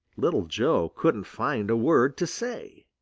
little joe couldn't find a word to say.